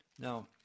Now